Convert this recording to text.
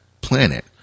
planet